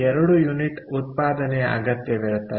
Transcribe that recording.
2 unit ಉತ್ಪಾದನೆಯ ಅಗತ್ಯವಿರುತ್ತದೆ